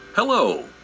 Hello